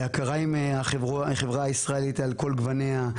הכרה עם החברה הישראלית על כל גווניה.